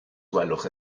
gwelwch